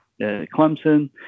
Clemson